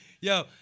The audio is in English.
Yo